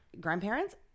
grandparents